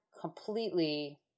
completely